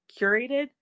curated